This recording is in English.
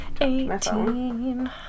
Eighteen